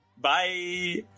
Bye